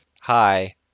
hi